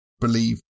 believe